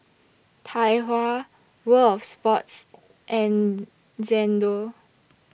Tai Hua World of Sports and Xndo